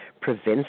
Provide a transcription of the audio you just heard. prevents